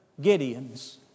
Gideons